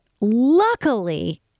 luckily